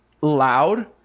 loud